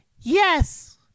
Yes